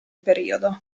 periodo